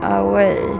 away